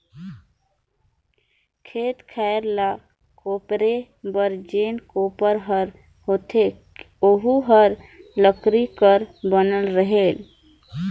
खेत खायर ल कोपरे बर जेन कोपर हर होथे ओहू हर लकरी कर बनल रहेल